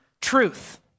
truth